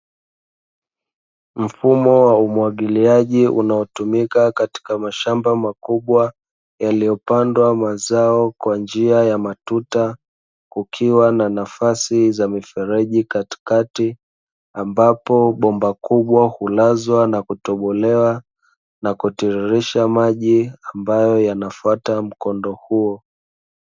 Mfumo wa umwagiliaji unaotumika katika mashamba makubwa yaliyopandwa mazao kwa njia ya matuta, kukiwa na nafasi za mifereji katikati ambapo bomba kubwa hulazwa na kutobolewa na kutiririsha maji ambayo yanafuata mkondo huo.